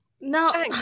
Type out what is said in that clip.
No